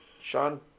Sean